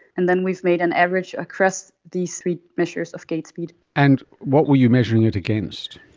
and then we've made an average across these three measures of gait speed. and what were you measuring it against?